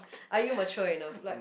are you mature enough like